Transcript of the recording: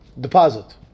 deposit